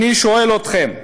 אני שואל אתכם: